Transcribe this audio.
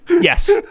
Yes